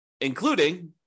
including